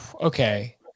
Okay